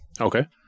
Okay